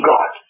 God